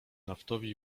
naftowi